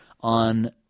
on